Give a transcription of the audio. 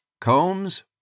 combs